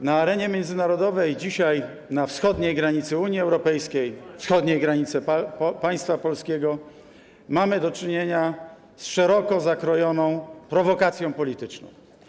Dzisiaj na arenie międzynarodowej, na wschodniej granicy Unii Europejskiej, wschodniej granicy państwa polskiego mamy do czynienia z szeroko zakrojoną prowokacją polityczną.